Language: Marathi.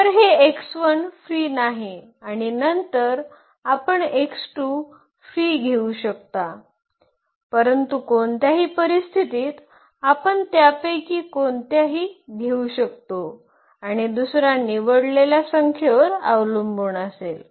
तर हे फ्री नाही आणि नंतर आपण फ्री घेऊ शकता परंतु कोणत्याही परिस्थितीत आपण त्यापैकी कोणत्याही घेऊ शकतो आणि दुसरा निवडलेल्या संख्येवर अवलंबून असेल